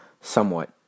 somewhat